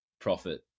profit